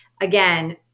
Again